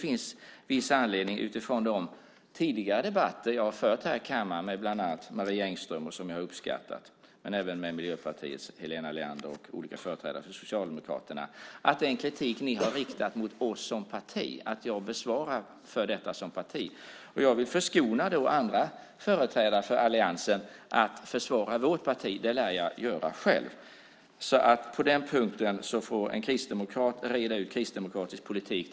Men utifrån de tidigare debatter som jag har fört här i kammaren, och som jag har uppskattat, med bland annat Marie Engström, Miljöpartiets Helena Leander och olika företrädare för Socialdemokraterna tycker jag att det finns viss anledning för mig att som kristdemokrat besvara den kritik som ni har riktat mot oss som parti. Jag vill förskona andra företrädare för alliansen från att försvara vårt parti. Det lär jag göra själv. På den punkten får en kristdemokrat reda ut kristdemokratisk politik.